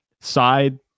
side